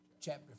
Chapter